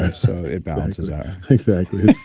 so it balances out exactly.